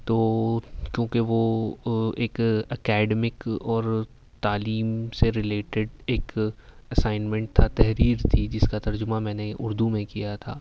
تو کیونکہ وہ ایک اکیڈمک اور تعلیم سے ریلیٹڈ ایک اسائنمنٹ تھا تحریر تھی جس کا ترجمہ میں نے اردو میں کیا تھا